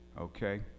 okay